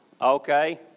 Okay